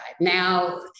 Now